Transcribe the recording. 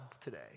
today